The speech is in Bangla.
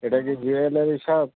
এটা কি জুয়েলারি শপ